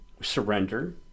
Surrender